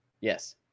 Yes